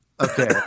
Okay